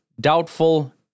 Doubtful